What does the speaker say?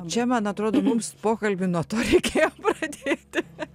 čia man atrodo mums pokalbį nuo to reikėjo pradėti